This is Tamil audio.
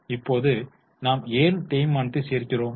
இப்போது நாம் ஏன் தேய்மானத்தை சேர்க்கிறோம்